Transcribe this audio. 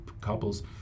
couples